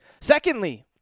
Secondly